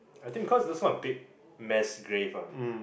I think because those kind of big mass grave ah